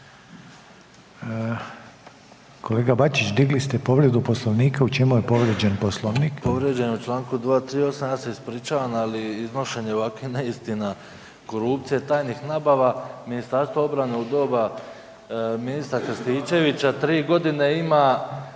Kolega Bačić digli ste povredu Poslovnika, u čemu je povrijeđen Poslovnik? **Bačić, Ante (HDZ)** Povrijeđen je u Članku 238. ja se ispričavam, iznošenje ovakvih neistina korupcija i tajnih nabava, Ministarstvo obrane u doba ministra Krstičevića 3 godine ima